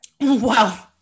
Wow